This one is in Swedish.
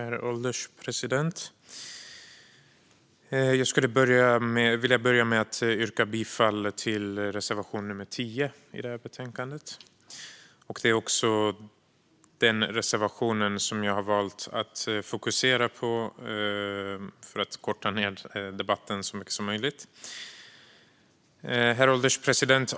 Herr ålderspresident! Jag vill börja med att yrka bifall till reservation nr 10 i betänkandet. Det är också den reservation som jag har valt att fokusera på för att korta ned debatten så mycket som möjligt. Herr ålderspresident!